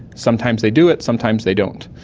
sometimes they do it, sometimes they don't,